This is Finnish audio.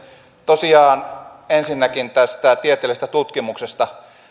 tosiaan ensinnäkin tästä tieteellisestä tutkimuksesta